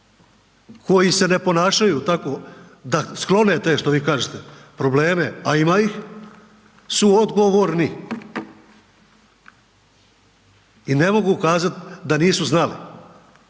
koji se ne ponašaju tako da, sklone te što vi kažete, probleme, a ima ih, su odgovorni. I ne mogu kazati da nisu znali.